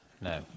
No